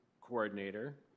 coordinator